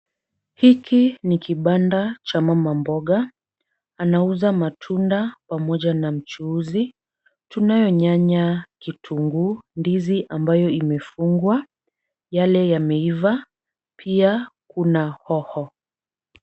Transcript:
Hiki ni kibanda cha mama mboga, anauza matunda pamoja na mchuuzi, tunayo nyanya, kitunguu, ndizi ambayo imefungwa, yale yameiva pia kuna hoho.